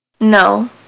No